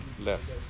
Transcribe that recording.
left